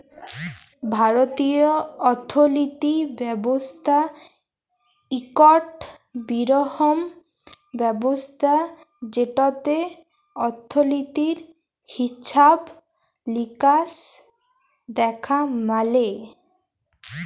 ভারতীয় অথ্থলিতি ব্যবস্থা ইকট বিরহত্তম ব্যবস্থা যেটতে অথ্থলিতির হিছাব লিকাস দ্যাখা ম্যালে